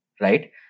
right